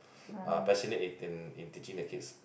ah passionate in in teaching the kids